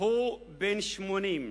הוא בן 80,